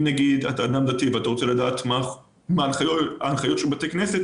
אם למשל אתה אדם דתי ואתה רוצה לדעת מה ההנחיות של בתי כנסת,